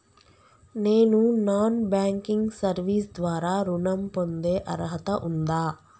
నేను non banking service ద్వారా ఋణం పొందే అర్హత ఉందా?